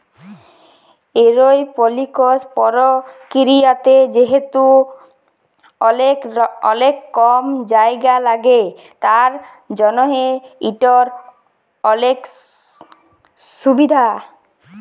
এরওপলিকস পরকিরিয়াতে যেহেতু অলেক কম জায়গা ল্যাগে তার জ্যনহ ইটর অলেক সুভিধা